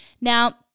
Now